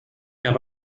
habe